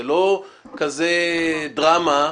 זו לא כזה דרמה,